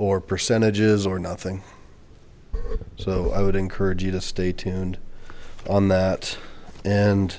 or percentages or nothing so i would encourage you to stay tuned on that and